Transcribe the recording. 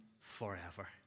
forever